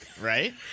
Right